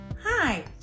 Hi